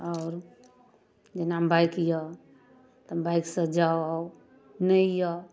आओर जेना बाइक अइ तऽ बाइकसँ जाउ आउ नहि अइ